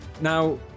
Now